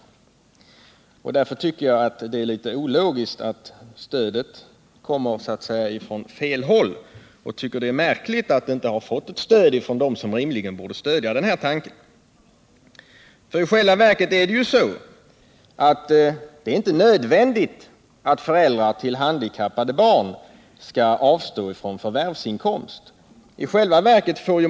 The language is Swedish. Därför tycker jag det är litet ologiskt att stödet för motionen så att säga kommer från fel håll. Och jag tycker det är märkligt att jag inte fått stöd från dem som rimligen borde stödja den här tanken. I själva verket är det ju inte nödvändigt att föräldrar till handikappade barn avstår från förvärvsinkomst.